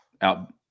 out